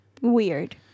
weird